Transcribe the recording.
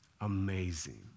Amazing